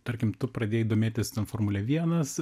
tarkim tu pradėjai domėtis ten formule vienas